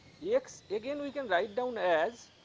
yeah x again we can write down as